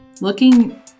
looking